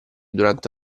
durante